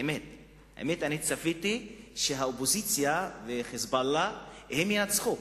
האמת היא שציפיתי שהאופוזיציה ו"חיזבאללה" ינצחו.